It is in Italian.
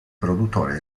produttore